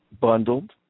bundled